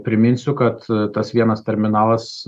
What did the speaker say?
priminsiu kad tas vienas terminalas